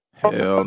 hell